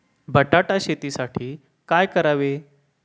बटाटा शेतीसाठी काय करावे?